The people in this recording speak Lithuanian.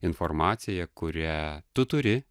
informacija kurią tu turi